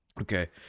okay